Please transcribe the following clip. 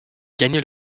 gagné